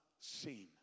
seen